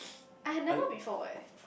I had never before eh